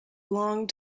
long